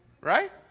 Right